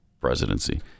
presidency